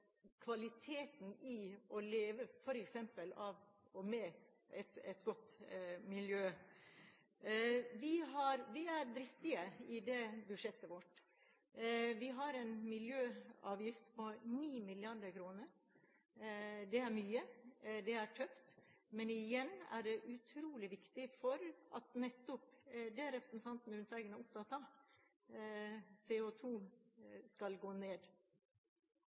kvaliteten i å leve av – og med – et godt miljø. Vi er dristige i dette budsjettet vårt; vi har en miljøavgift på 9 mrd. kr. Det er mye, det er tøft, men igjen: Det er utrolig viktig for – nettopp det som representanten Lundteigen er opptatt av – at CO2 skal gå ned.